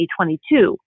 2022